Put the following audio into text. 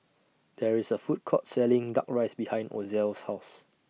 There IS A Food Court Selling Duck Rice behind Ozell's House